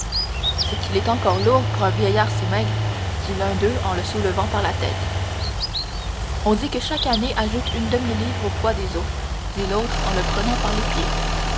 c'est qu'il est encore lourd pour un vieillard si maigre dit l'un d'eux en le soulevant par la tête on dit que chaque année ajoute une demi-livre au poids des os dit l'autre en le prenant par les pieds